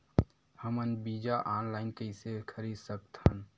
हमन बीजा ऑनलाइन कइसे खरीद सकथन?